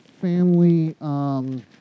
family